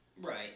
Right